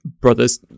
brothers